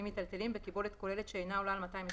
מיטלטלים בקיבולת כוללת שאינה עולה על 220 ליטרים,